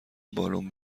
بالن